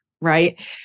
right